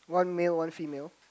one male one female